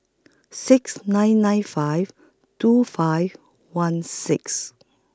six nine nine five two five one six